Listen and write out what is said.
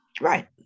Right